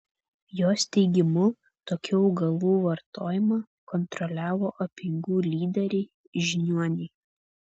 jos teigimu tokių augalų vartojimą kontroliavo apeigų lyderiai žiniuoniai